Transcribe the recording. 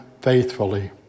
faithfully